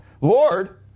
Lord